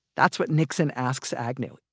that's what nixon asks agnew.